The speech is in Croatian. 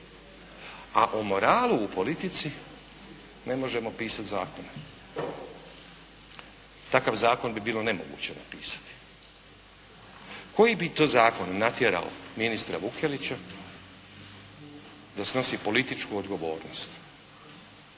A o moralu u politici ne možemo pisati zakone. Takav zakon bi bilo nemoguće napisati. Koji bi to zakon natjerao ministra Vukelića da snosi političku odgovornost